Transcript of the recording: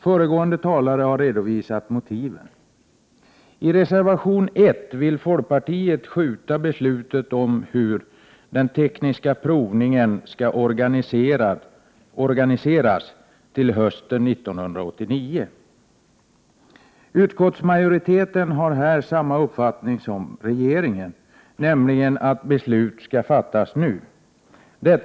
Föregående talare har redovisat motiven. I reservation 1 vill folkpartiet skjuta upp beslutet om hur den tekniska provningen skall organiseras till hösten 1989. Utskottsmajoriteten har här samma uppfattning som regeringen, nämligen att beslut skall fattas nu.